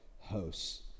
hosts